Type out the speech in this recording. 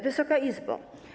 Wysoka Izbo!